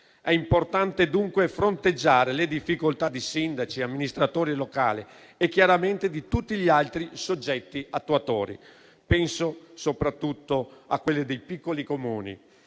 È importante, dunque, fronteggiare le difficoltà di sindaci e amministratori locali e chiaramente di tutti gli altri soggetti attuatori. Penso soprattutto alle situazioni dei piccoli Comuni,